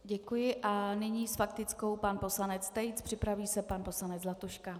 Děkuji a nyní s faktickou pan poslanec Tejc, připraví se pan poslanec Zlatuška.